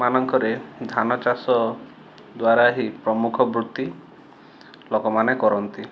ମାନଙ୍କରେ ଧାନ ଚାଷ ଦ୍ୱାରା ହି ପ୍ରମୁଖ ବୃତ୍ତି ଲୋକମାନେ କରନ୍ତି